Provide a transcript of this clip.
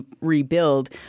rebuild